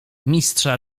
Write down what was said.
mistrza